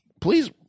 please